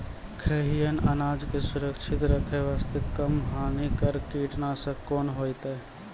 खैहियन अनाज के सुरक्षित रखे बास्ते, कम हानिकर कीटनासक कोंन होइतै?